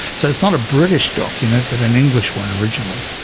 so it's not a british document but an english one originally.